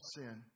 sin